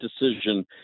decision